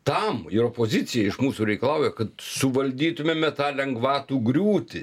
tam ir opozicija iš mūsų reikalauja kad suvaldytumėme tą lengvatų griūtį